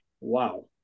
wow